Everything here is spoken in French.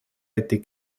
été